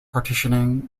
partitioning